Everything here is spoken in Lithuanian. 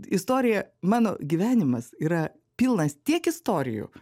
istorija mano gyvenimas yra pilnas tiek istorijų